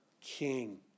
king